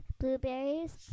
blueberries